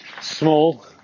small